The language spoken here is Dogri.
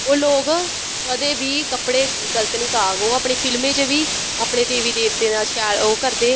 ओह् लोग कदें बी कपड़े गल्त नी पाह्ग ओह् अपनी फिल्में च बी अपना देवी देवतें दा ओहे करदे